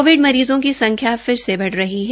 Covid मरीजों की संख्या फिर से बढ़ रही है